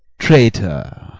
traitor,